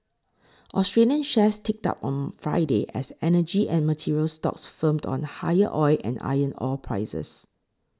Australian shares ticked up on Friday as energy and materials stocks firmed on higher oil and iron ore prices